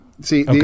See